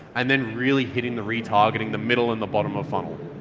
and then really hitting the retargeting the middle and the bottom of funnel.